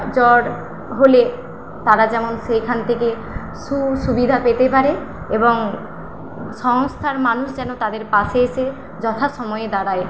জ্বর হলে তারা যেমন সেখান থেকে সু সুবিধা পেতে পারে এবং সংস্থার মানুষ যেন তাদের পাশে এসে যথাসময়ে দাঁড়ায়